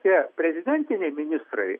tie prezidentiniai ministrai